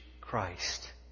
Christ